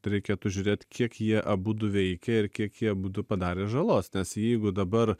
reikėtų žiūrėt kiek jie abudu veikė ir kiek jie abudu padarė žalos nes jeigu dabar